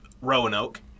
Roanoke